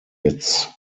its